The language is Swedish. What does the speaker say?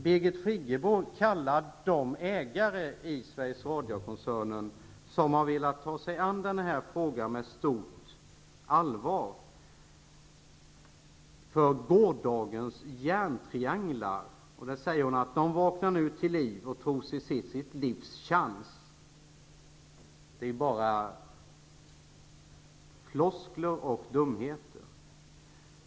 Birgit Friggebo kallar de ägare i Sveriges Radio-koncernen som har velat ta sig an den här frågan med stort allvar för gårdagens järntrianglar. Hon säger att de nu vaknar till liv och tror sig se sitt livs chans. Det är bara floskler och dumheter.